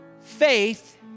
faith